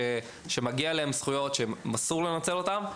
כי ככה בני הנוער מבינים שיש להם זכויות ושאסור לנצל אותם.